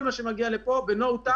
כל מה שמגיע לפה מטופל ב-No time.